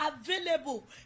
available